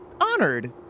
honored